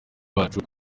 bacu